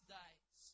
days